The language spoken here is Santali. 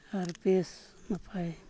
ᱟᱨ ᱵᱮᱥ ᱱᱟᱯᱟᱭ